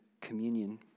communion